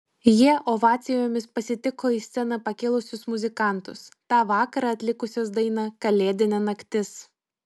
jie ovacijomis pasitiko į sceną pakilusius muzikantus tą vakarą atlikusius dainą kalėdinė naktis